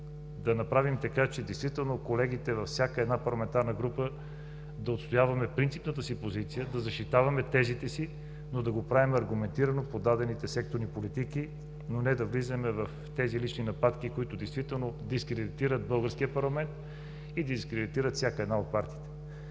да направим така, че действително колегите във всяка една парламентарна група да отстояваме принципната си позиция, да защитаваме тезите си, но да го правим аргументирано по дадените секторни политики, но не да влизаме в тези лични нападки, които действително дискредитират българския парламент и дискредитират всяка една от партиите.